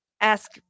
ask